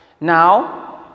now